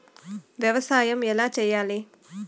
వ్యవసాయం ఎలా చేయాలి?